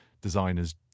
designer's